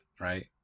right